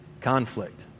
conflict